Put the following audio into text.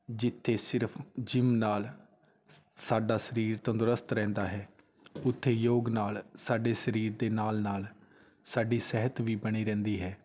ਜਿੱਥੇ ਸਿਰਫ਼ ਜਿੰਮ ਨਾਲ ਸਾਡਾ ਸਰੀਰ ਤੰਦਰੁਸਤ ਰਹਿੰਦਾ ਹੈ ਉੱਥੇ ਯੋਗ ਨਾਲ ਸਾਡੇ ਸਰੀਰ ਦੇ ਨਾਲ ਨਾਲ ਸਾਡੀ ਸਿਹਤ ਵੀ ਬਣੀ ਰਹਿੰਦੀ ਹੈ